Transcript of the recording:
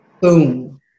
Boom